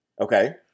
Okay